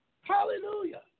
Hallelujah